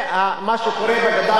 ירושלים ועזה.